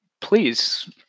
please